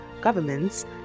governments